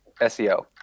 SEO